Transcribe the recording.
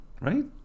Right